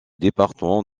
département